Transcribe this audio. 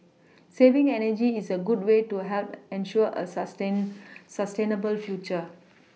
saving energy is a good way to help ensure a sustain sustainable future